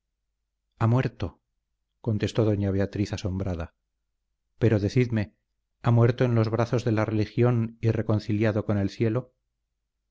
ha muerto contestó doña beatriz asombrada pero decidme ha muerto en los brazos de la religión y reconciliado con el cielo